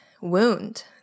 wound